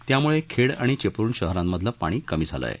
त्यामुळे खेड आणि चिपळूण शहरांमधलं पाणी कमी झालं आहे